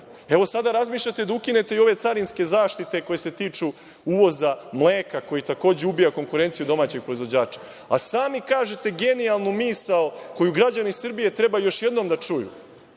Sada razmišljate da ukinete i ove carinske zaštite koje se tiču uvoza mleka, koji takođe ubija konkurenciju domaćeg proizvođača. Sami kažete genijalnu misao, koju građani Srbije treba još jednom da čuju,